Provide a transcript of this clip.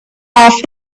off